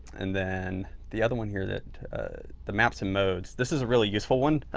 and then the other one here that the maps and modes, this is a really useful one.